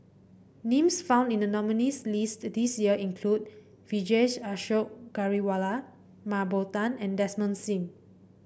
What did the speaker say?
names found in the nominees' list this year include Vijesh Ashok Ghariwala Mah Bow Tan and Desmond Sim